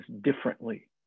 differently